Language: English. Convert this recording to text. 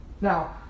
Now